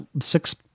six